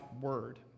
Word